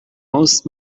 most